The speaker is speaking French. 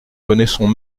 connaissons